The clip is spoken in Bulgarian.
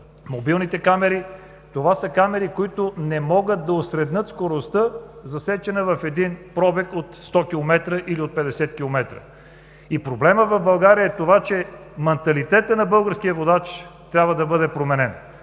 мобилните, са камери, които не могат да осреднят скоростта, засечена в един пробег от 100 км или от 50 км. Проблемът в България е това, че манталитетът на българския водач трябва да бъде променен,